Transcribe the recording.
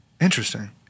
Interesting